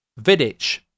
Vidic